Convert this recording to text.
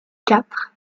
quatre